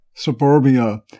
Suburbia